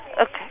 Okay